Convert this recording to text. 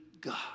God